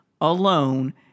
alone